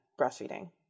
breastfeeding